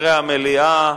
הכריעה המליאה.